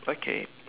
okay